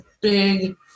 big